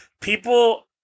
People